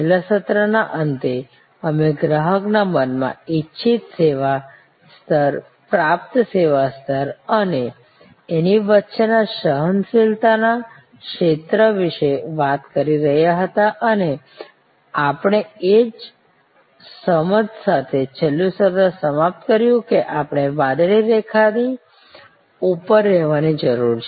છેલ્લા સત્રના અંતે અમે ગ્રાહકોના મનમાં ઇચ્છિત સેવા સ્તર પર્યાપ્ત સેવા સ્તર અને એની વચ્ચે ના સહનશીલતાના ક્ષેત્ર વિશે વાત કરી રહ્યા હતા અને આપણે એ સમજ સાથે છેલ્લું સત્ર સમાપ્ત કર્યું કે આપણે વાદળી રેખાથી ઉપર રહેવાની જરૂર છે